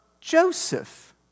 Joseph